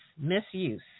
misuse